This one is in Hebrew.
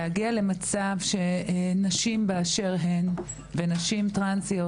להגיע למצב שנשים באשר הן ונשים טרנסיות,